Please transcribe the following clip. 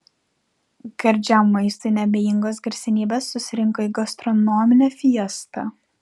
gardžiam maistui neabejingos garsenybės susirinko į gastronominę fiestą